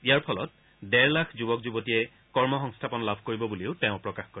ইয়াৰ ফলত ডেৰ লাখ যুৱক যুৱতীয়ে কৰ্ম সংস্থাপন লাভ কৰিব বুলিও তেওঁ প্ৰকাশ কৰে